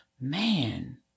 man